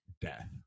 death